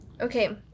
okay